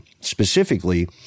specifically